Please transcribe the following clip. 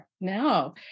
No